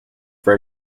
for